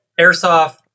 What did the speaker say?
airsoft